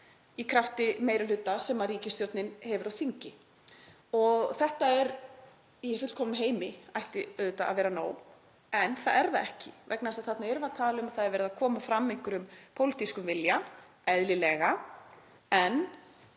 í krafti meiri hluta sem ríkisstjórnin hefur á þingi og í fullkomnum heimi ætti þetta auðvitað að vera nóg. En það er það ekki vegna þess að þarna erum við að tala um að það er verið að koma fram einhverjum pólitískum vilja, eðlilega, en